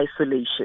isolation